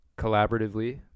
Collaboratively